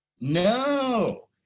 No